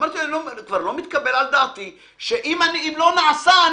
אמרתי לו: כבר לא מתקבל על דעת שאם לא נעשה,